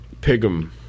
pigum